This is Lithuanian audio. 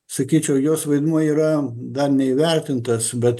sakyčiau jos vaidmuo yra dar neįvertintas bet bet jos